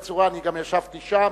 אני גם ישבתי שם,